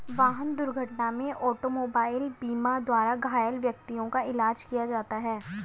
वाहन दुर्घटना में ऑटोमोबाइल बीमा द्वारा घायल व्यक्तियों का इलाज किया जाता है